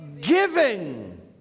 giving